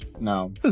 No